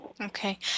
Okay